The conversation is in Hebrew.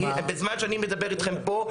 בזמן שאני מדבר אתכם פה,